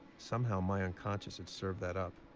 somehow my unconscious had served that up.